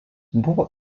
buvo